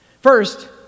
First